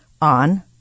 on